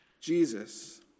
Jesus